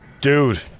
dude